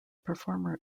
performer